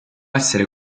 essere